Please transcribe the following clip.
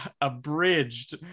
abridged